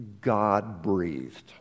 God-breathed